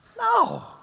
no